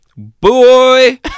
Boy